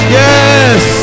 yes